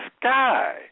sky